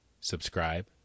Subscribe